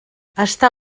està